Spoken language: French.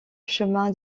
chemin